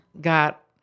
got